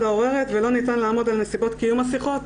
העוררת ולא ניתן לעמוד על נסיבות קיום השיחות".